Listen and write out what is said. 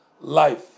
life